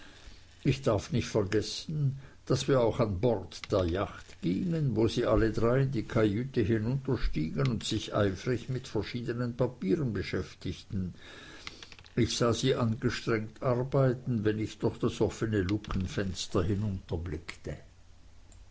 ich darf nicht vergessen daß wir auch an bord der jacht gingen wo sie alle drei in die kajüte hinunterstiegen und sich eifrig mit verschiedenen papieren beschäftigten ich sah sie angestrengt arbeiten wenn ich durch das offene